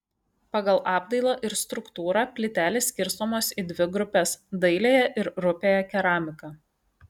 pagal apdailą ir struktūrą plytelės skirstomos į dvi grupes dailiąją ir rupiąją keramiką